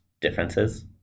differences